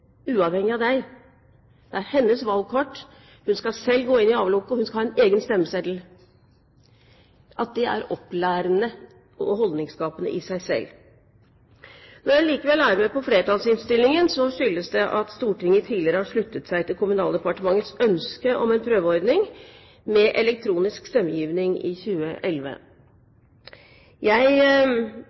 uavhengig av deg, det er hennes valgkort, hun skal selv gå inn i avlukket, og hun skal ha en egen stemmeseddel, er opplærende og holdningsskapende i seg selv. Når jeg likevel er med på flertallsinnstillingen, skyldes det at Stortinget tidligere har sluttet seg til Kommunaldepartementets ønske om en prøveordning med elektronisk stemmegivning i 2011. Jeg